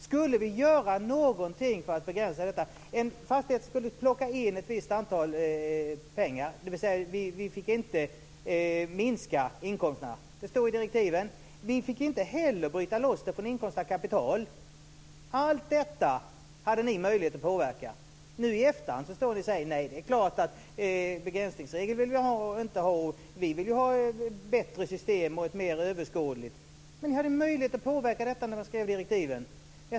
Skulle vi göra någonting för att begränsa effekterna? Man skulle plocka in en viss mängd pengar från en fastighet, dvs. att vi inte fick minska inkomsterna. Det stod i direktiven. Vi fick inte heller bryta loss det från inkomst av kapital. Allt detta hade ni möjlighet att påverka. Nu i efterhand säger ni att ni inte vill ha någon begränsningsregel och att ni vill ha ett bättre och mer överskådligt system. Ni hade ju möjlighet att påverka när man skrev direktiven!